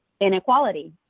Inequality